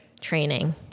training